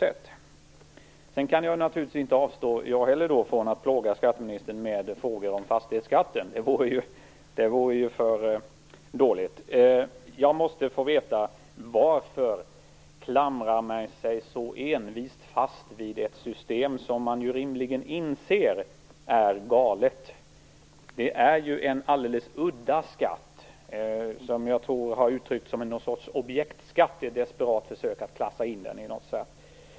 Inte heller jag kan avstå från att plåga skatteministern med frågor om fastighetsskatten. Det vore ju för dåligt. Jag måste få veta varför man så envist klamrar sig fast vid ett system som man rimligen inser är galet. Detta är en alldeles udda skatt. Jag tror att det har uttryckts att den är någon sorts objektskatt, i ett desperat försök att klassa in den i något.